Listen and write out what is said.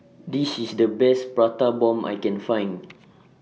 This IS The Best Prata Bomb I Can Find